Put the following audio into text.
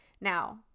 Now